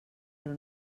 però